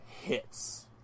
hits